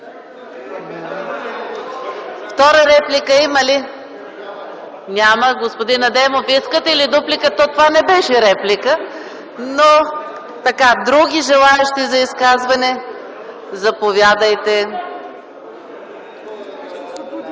Втора реплика има ли? Няма. Господин Адемов, искате ли дуплика? Това не беше реплика, но... Други желаещи за изказвания? Заповядайте.